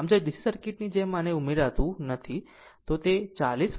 આમ જો DC સર્કિટની જેમ આને ઉમેરતું નથી તો 40